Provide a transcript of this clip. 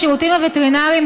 השירותים הווטרינריים,